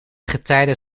getijden